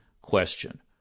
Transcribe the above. question